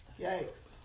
yikes